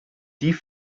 die